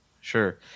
Sure